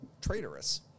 traitorous